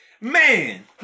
man